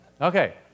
Okay